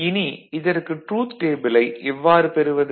இனி இதற்கு ட்ரூத் டேபிளை எவ்வாறு பெறுவது